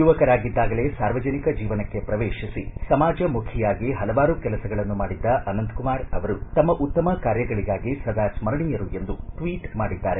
ಯುವಕರಾಗಿದ್ದಾಗಲೇ ಸಾರ್ವಜನಿಕ ಜೀವನಕ್ಕೆ ಪ್ರವೇಶಿಸಿ ಸಮಾಜಮುಖಿಯಾಗಿ ಹಲವಾರು ಕೆಲಸಗಳನ್ನು ಮಾಡಿದ್ದ ಅನಂತಕುಮಾರ್ ಅವರು ತಮ್ನ ಉತ್ತಮ ಕಾರ್ಯಗಳಿಗಾಗಿ ಸದಾ ಸ್ಪರಣೀಯರು ಎಂದು ಟ್ವೀಟ್ ಮಾಡಿದ್ದಾರೆ